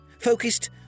focused